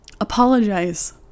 Apologize